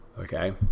Okay